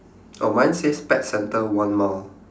oh mine says pet centre one mile